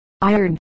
iron